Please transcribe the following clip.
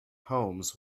homes